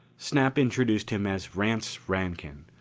snap introduced him as rance rankin.